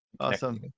Awesome